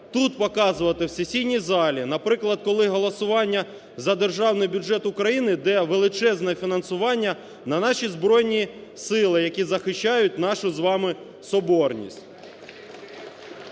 тут показувати, в сесійній залі, наприклад, коли голосування за державний бюджет України, де величезне фінансування на наші Збройні сили, які захищають нашу з вами соборність.